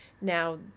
Now